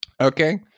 Okay